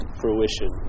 fruition